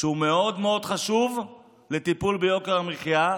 שהוא מאוד מאוד חשוב לטיפול ביוקר המחיה,